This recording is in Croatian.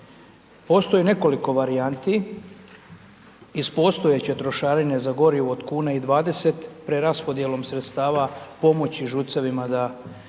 Postoji nekoliko varijanti, iz postojeće trošarine za gorivo od 1,20 preraspodjelom sredstava pomoći ŽUC-evima da